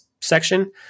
section